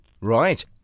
Right